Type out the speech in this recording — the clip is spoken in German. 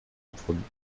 empfunden